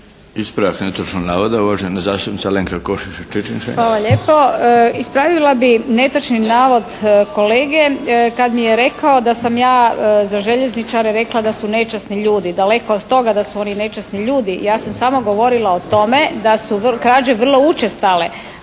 Ispravila bi netočni navod kolege kad mi je rekao da sam ja za željezničare rekla da su nečasni ljudi. Daleko od toga da su oni nečasni ljudi. Ja sam samo govorila o tome da su krađe vrlo učestale